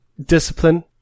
discipline